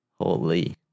Holy